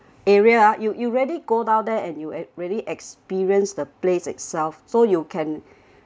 area ah you you really go down there and you ex~ really experience the place itself so you can